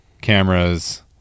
Cameras